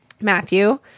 Matthew